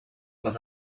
but